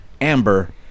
Amber